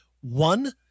one